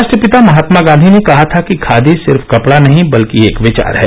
राष्ट्रपिता महात्मा गांधी ने कहा था कि खादी सिर्फ कपडा नहीं बल्कि एक विचार है